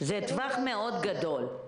זה טווח מאוד גדול.